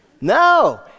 No